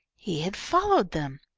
he had followed them.